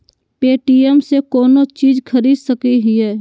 Paytm से कौनो चीज खरीद सकी लिय?